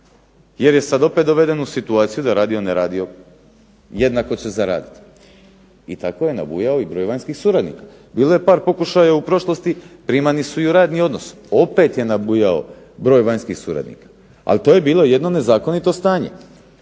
jer je sad opet doveden u situaciju da radio, ne radio jednako će zaraditi. I tako je nabujao i broj vanjskih suradnika. Bilo je par pokušaja u prošlosti, primani su i u radni odnos. Opet je nabujao broj vanjskih suradnika, ali to je bilo jedno nezakonito stanje.